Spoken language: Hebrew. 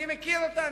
אני מכיר אותם,